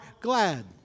glad